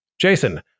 Jason